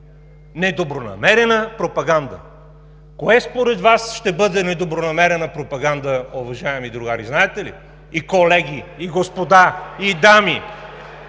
Недобронамерена пропаганда! Кое според Вас ще бъде недобронамерена пропаганда, уважаеми другари (оживление), знаете ли? И колеги, и господа, и дами!